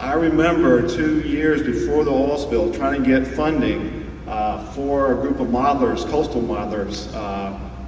i remember two years before the oil spill trying to get funding for a group of modelers, coastal modelers